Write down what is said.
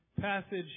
passage